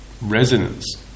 resonance